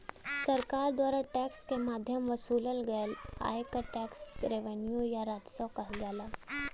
सरकार द्वारा टैक्स क माध्यम वसूलल गयल आय क टैक्स रेवेन्यू या राजस्व कहल जाला